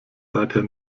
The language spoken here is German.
seither